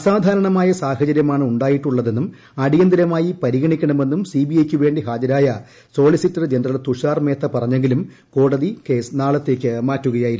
അസാധാരണ സാഹചര്യമാണ് ഉണ്ടായിട്ടുള്ളതെന്നും അടിയന്തരമായി പരിഗണിക്കണമെന്നും സിബിഐ യ്ക്ക് വേണ്ടി ഹാജരായ സോളിസിറ്റർ ജനറൽ തുഷാർ മേത്ത പറഞ്ഞെങ്കിലും കോടതി കേസ് നാളത്തേക്ക് മാറ്റുകയായിരുന്നു